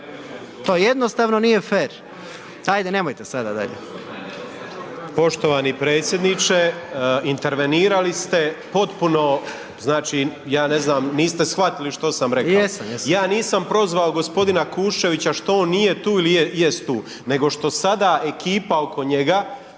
to jednostavno nije fer. Ajde nemojte sada, dajte. **Grmoja, Nikola (MOST)** Poštovani predsjedniče intervenirali ste potpuno znači, ja ne znam niste shvatili što sam rekao …/Upadica: Jesam, jesam./… ja nisam prozvao gospodina Kuščevića što on nije tu ili jest tu, nego što sada ekipa oko njega